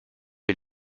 est